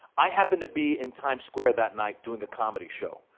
i happened to be in times square that night doing a comedy show.